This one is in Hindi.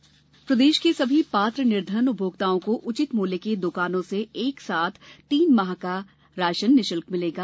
निशुल्क राशन प्रदेश के सभी पात्र निर्धन उपभोक्ताओं को उचित मूल्य की द्वकानों से एक साथ तीन माह का राशन निःशुल्क मिलेगा